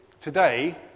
today